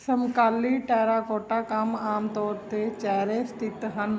ਸਮਕਾਲੀ ਟੈਰਾਕੋਟਾ ਕੰਮ ਆਮ ਤੌਰ 'ਤੇ ਚੇਹਰੇ ਸਥਿਤ ਹਨ